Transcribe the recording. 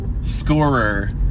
scorer